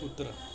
कुत्रा